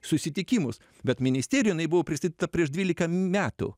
susitikimus bet ministerijoj jinai buvo pristatyta prieš dvylika metų